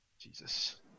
Jesus